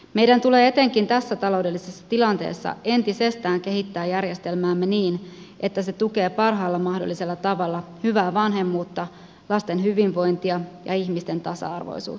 meidän tulee etenkin tässä taloudellisessa tilanteessa entisestään kehittää järjestelmäämme niin että se tukee parhaalla mahdollisella tavalla hyvää vanhemmuutta lasten hyvinvointia ja ihmisten tasa arvoisuutta